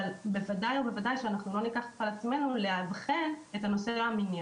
בוודאי שלא ניקח על עצמנו לאבחן את הנושא המיני.